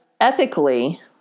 ethically